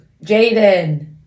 Jaden